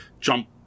jump